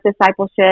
discipleship